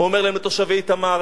אומר להם לתושבי איתמר,